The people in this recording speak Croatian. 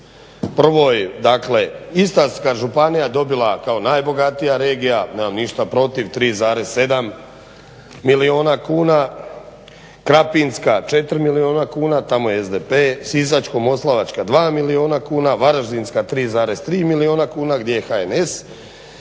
Dakle Istarska županija dobila kao najbogatija regija, nemam ništa protiv, 3,7 milijuna kuna, Krapinska 4 milijuna kuna, tamo je SDP, Sisačko-moslavačka 2 milijuna kuna, Varaždinska 3,3 milijuna kuna, gdje je HNS,